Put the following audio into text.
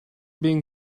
being